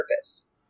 purpose